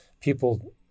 people